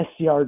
SCR